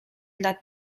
dla